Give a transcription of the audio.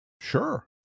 Sure